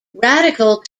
radical